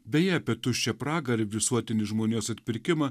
beje apie tuščią pragarą ir visuotinį žmonijos atpirkimą